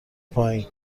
پایین